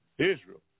Israel